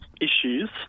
issues